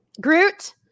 Groot